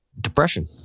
Depression